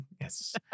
Yes